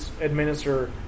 administer